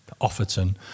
Offerton